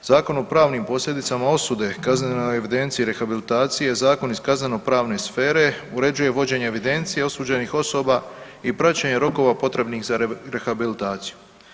Zakon o pravnim posljedicama osude, kaznenoj evidenciji i rehabilitaciji je zakon iz kaznenopravne sfere, uređuje vođenje evidencije osuđenih osoba i praćenja rokova potrebnih za rehabilitaciju.